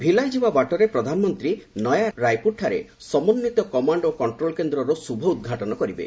ଭିଲାଇ ଯିବା ବାଟରେ ପ୍ରଧାମନ୍ତ୍ରୀ ନୟାରାୟପୁରଠାରେ ସମନ୍ଧିତ କମାଣ୍ଡ ଓ କଷ୍ଟ୍ରୋଲ କେନ୍ଦ୍ରର ଶୁଭ ଉଦ୍ଘାଟନ କରିବେ